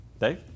Dave